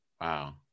Wow